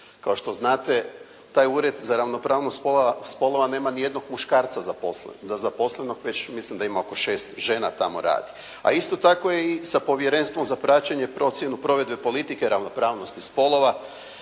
Kao što znate taj Ured za ravnopravnost spolova nema nijednog muškarca zaposlenog, već mislim da ima oko šest žena tamo radi, a isto tako je i sa Povjerenstvom za praćenje i procjenu provedbe politike ravnopravnosti spolova